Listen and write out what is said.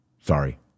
Sorry